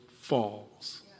falls